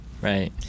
right